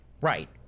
Right